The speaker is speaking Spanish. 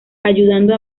ayudando